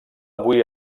avui